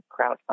Crowdfunding